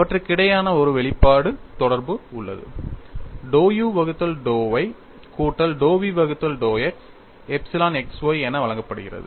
அவற்றுக்கிடையேயான ஒரு வெளிப்பாடு தொடர்பு உள்ளது dou u வகுத்தல் dou y கூட்டல் dou v வகுத்தல் dou x epsilon x y என வழங்கப்படுகிறது